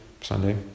Sunday